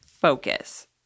focus